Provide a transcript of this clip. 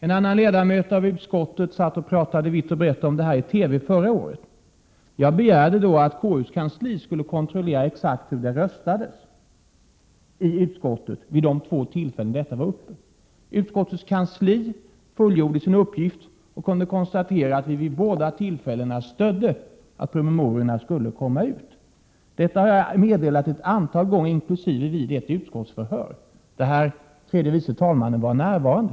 En annan ledamot av utskottet pratade förra året vitt och brett om detta i TV. Jag begärde då att KU:s kansli skulle kontrollera exakt hur det röstades i utskottet vid de två tillfällen som denna fråga var uppe. Utskottets kansli fullgjorde uppgiften och kunde konstatera att vi moderater vid båda Prot. 1987/88:132 tillfällena stödde kravet på att promemoriorna skulle komma ut. Detta har 2 juni 1988 jag meddelat ett antal gånger, inkl. vid ett utskottsförhör där tredje vice i Granskning av statstalmannen var närvarande.